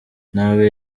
ntabe